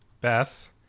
Beth